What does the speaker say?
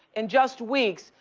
in just weeks,